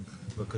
בקשה.